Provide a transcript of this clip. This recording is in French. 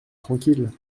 tranquille